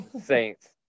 Saints